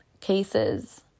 cases